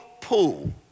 pool